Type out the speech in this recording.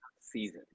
season